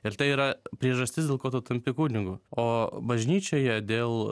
ir tai yra priežastis dėl ko tu tampi kunigu o bažnyčioje dėl